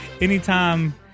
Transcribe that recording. anytime